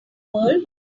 world